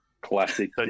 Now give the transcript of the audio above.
Classic